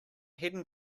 heading